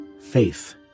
faith